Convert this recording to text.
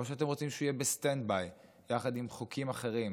או שאתם רוצים שהוא יהיה בסטנד ביי יחד עם חוקים אחרים